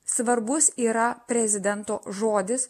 svarbus yra prezidento žodis